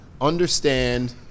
Understand